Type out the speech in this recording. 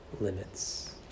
limits